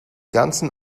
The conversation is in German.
ganzen